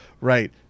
right